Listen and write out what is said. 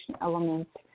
elements